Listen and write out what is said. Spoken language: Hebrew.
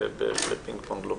בפינג-פונג.